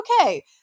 okay